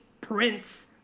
prince